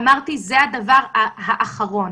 אמרתי שזה הדבר האחרון.